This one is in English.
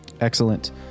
Excellent